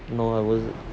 no I was